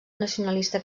nacionalista